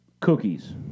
Cookies